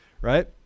Right